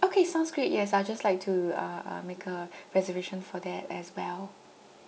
okay sounds great yes I'd just like to uh uh make a reservation for that as well